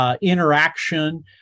interaction